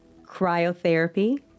cryotherapy